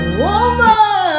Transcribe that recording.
woman